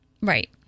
Right